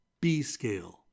B-scale